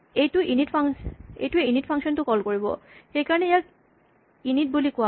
এইটোৱে init function টো call কৰিব সেইকাৰণে ইয়াক ইনিট বুলি কোৱা হয়